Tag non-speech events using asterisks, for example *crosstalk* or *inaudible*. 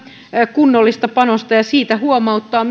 kunnollista panosta ja siitä huomauttaa *unintelligible*